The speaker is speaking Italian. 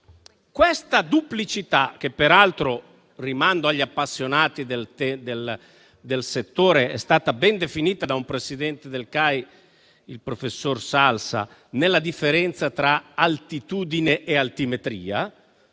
Questa duplicità - rimando agli appassionati del settore - è stata ben definita da un presidente del CAI, il professor Salsa, nella differenza tra altitudine e altimetria,